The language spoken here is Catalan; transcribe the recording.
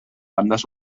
bandes